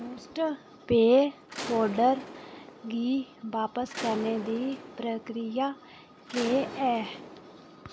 boost पेय powder गी बापस करने दी प्रक्रिया केह् ऐ